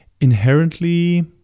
inherently